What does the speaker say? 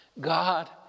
God